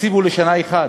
התקציב הוא לשנה אחת,